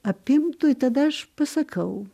apimtų ir tada aš pasakau